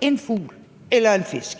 en fugl eller en fisk?